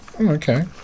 Okay